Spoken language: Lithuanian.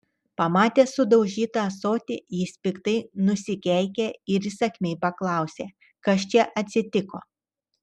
pamatęs sudaužytą ąsotį jis piktai nusikeikė ir įsakmiai paklausė kas čia atsitiko